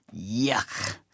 Yuck